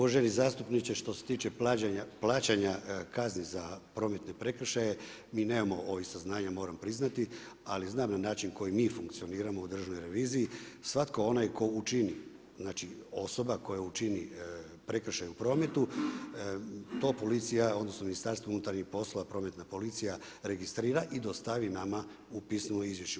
Uvaženi zastupniče, što se tiče plaćanja kazni za prometne prekršaje, mi nemamo ove saznanja, moram priznati, ali znam na način koji mi funkcioniramo u Državnoj reviziji, svatko onaj tko učini, znači osoba koja učini prekršaj u prometu, to policija, odnosno Ministarstvo unutarnjih poslova, prometna policija registrira i dostavi nama u pismenom izvješću.